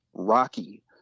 rocky